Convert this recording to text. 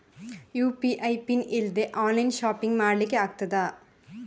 UPI PIN ಇಲ್ದೆ online shopping ಮಾಡ್ಲಿಕ್ಕೆ ಆಗ್ತದಾ?